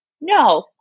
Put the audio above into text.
no